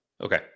okay